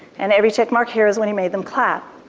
and every tick mark here is when he made them clap.